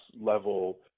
level